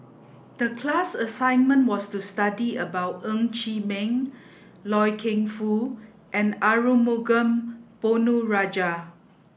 the class assignment was to study about Ng Chee Meng Loy Keng Foo and Arumugam Ponnu Rajah